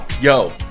Yo